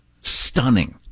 stunning